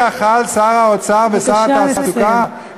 שר האוצר ושר התעסוקה לא היו יכולים, בבקשה לסיים.